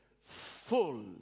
full